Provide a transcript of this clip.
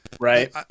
right